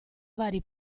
vari